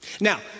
Now